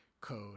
Code